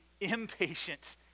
impatient